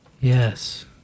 Yes